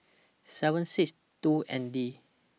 seven six two N D